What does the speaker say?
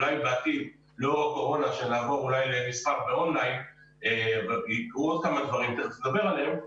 אולי בעתיד נעבור למסחר באונליין ויקרו עוד כמה דברים שתכף נדבר עליהם,